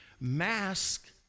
Mask